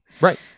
right